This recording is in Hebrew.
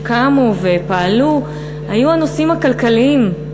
שקמו ופעלו, הייתה הנושאים הכלכליים.